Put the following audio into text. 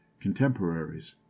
contemporaries